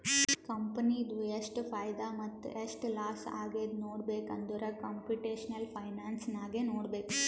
ಕಂಪನಿದು ಎಷ್ಟ್ ಫೈದಾ ಮತ್ತ ಎಷ್ಟ್ ಲಾಸ್ ಆಗ್ಯಾದ್ ನೋಡ್ಬೇಕ್ ಅಂದುರ್ ಕಂಪುಟೇಷನಲ್ ಫೈನಾನ್ಸ್ ನಾಗೆ ನೋಡ್ಬೇಕ್